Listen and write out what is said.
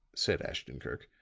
said ashton-kirk,